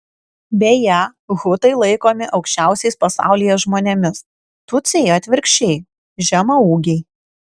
beje hutai laikomi aukščiausiais pasaulyje žmonėmis tutsiai atvirkščiai žemaūgiai